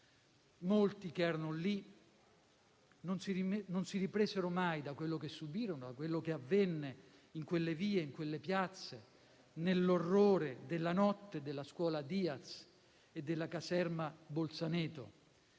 Molti che erano lì non si ripresero mai da quello che subirono, da quello che avvenne in quelle vie, in quelle piazze, nell'orrore della notte della scuola Diaz e della caserma Bolzaneto.